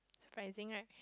surprising right